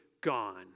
gone